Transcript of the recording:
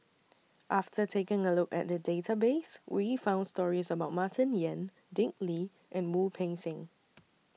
after taking A Look At The Database We found stories about Martin Yan Dick Lee and Wu Peng Seng